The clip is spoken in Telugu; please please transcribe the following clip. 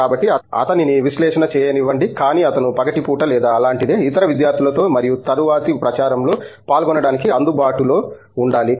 కాబట్టి అతనిని విశ్లేషణ చేయనివ్వండి కానీ అతను పగటిపూట లేదా అలాంటిదే ఇతర విద్యార్థులతో మరియు తరువాతి ప్రచారంలో పాల్గొనడానికి అందుబాటులో ఉండాలి